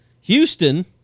Houston